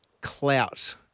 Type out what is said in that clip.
clout